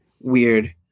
weird